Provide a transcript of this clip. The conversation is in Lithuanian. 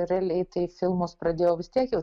realiai tai filmus pradėjau vis tiek jau